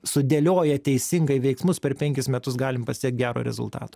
sudėlioję teisingai veiksmus per penkis metus galim pasiekti gero rezultato